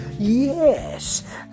Yes